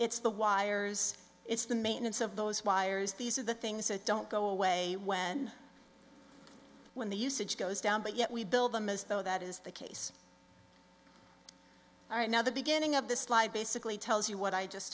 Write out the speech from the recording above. it's the wires it's the maintenance of those wires these are the things that don't go away when when the usage goes down but yet we build them as though that is the case right now the beginning of the slide basically tells you what i just